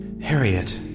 Harriet